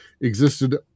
existed